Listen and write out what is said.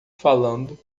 falando